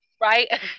Right